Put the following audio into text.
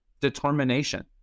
determination